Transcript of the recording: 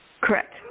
Correct